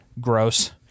Gross